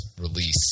release